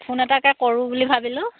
phone এটাকে কৰোঁ বুলি ভাবিলোঁ